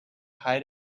height